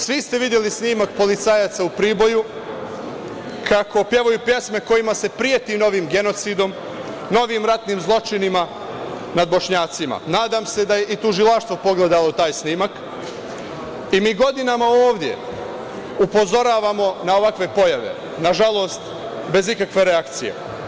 Svi ste videli snimak policajaca u Priboju kako pevaju pesme kojima se preti novim genocidom, novim ratnim zločinima nad Bošnjacima, nadam se da je i tužilaštvo pogledalo taj snimak i mi godinama ovde upozoravamo na ovakve pojave, nažalost, bez ikakve reakcije.